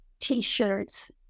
T-shirts